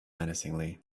menacingly